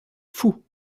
fou